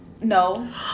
No